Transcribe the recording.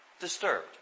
Disturbed